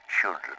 children